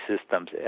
systems